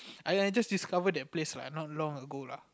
I I just discovered that place not long ago lah